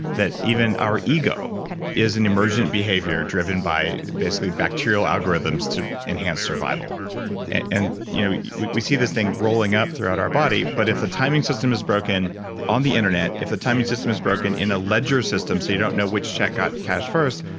that even our ego is an emergent behavior driven by bacterial algorithms to enhance survival and you know we we see this thing rolling up throughout our body, but if the timing system is broken on the internet, if the timing system is broken in a ledger system so you don't know which check got cashed first,